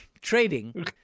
trading